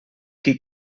qui